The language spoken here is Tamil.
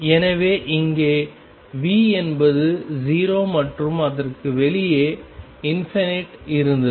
எனவே இங்கே V என்பது 0 மற்றும் அதற்கு வெளியே இருந்தது